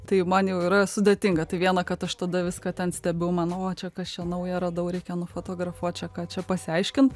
tai man yra sudėtinga tai viena kad aš tada viską ten stebiu man o čia kas čia naują radau reikia nufotografuot čia ką čia pasiaiškint